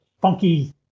funky